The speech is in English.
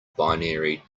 binary